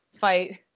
fight